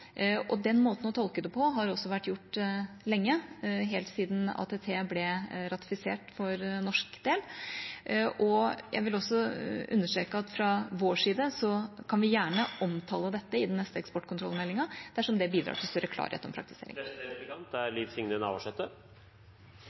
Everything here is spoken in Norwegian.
Den måten å tolke det på har også vært gjort lenge, helt siden ATT ble ratifisert for Norges del. Jeg vil også understreke at fra vår side kan vi gjerne omtale dette i den neste eksportkontrollmeldinga dersom det bidrar til større klarhet om praktiseringen. Norsk våpeneksport er